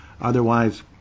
Otherwise